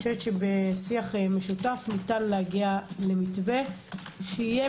בשיח משותף ניתן להגיע למתווה שיהיה